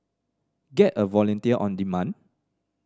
get a volunteer on demand